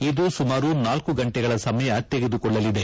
ಇದು ಸುಮಾರು ನಾಲ್ಲು ಗಂಟೆಗಳ ಸಮಯ ತೆಗೆದುಕೊಳ್ಳಲಿದೆ